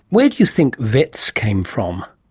where do you think vets came from?